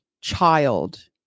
child